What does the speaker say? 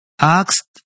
asked